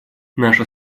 наша